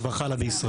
שכבר חלה בישראל.